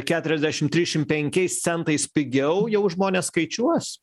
keturiasdešim trisdešim penkiais centais pigiau jau žmonės skaičiuos